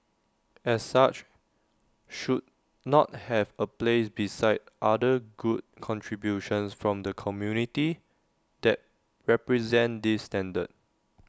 as such should not have A place beside other good contributions from the community that represent this standard